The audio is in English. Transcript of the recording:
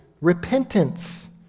repentance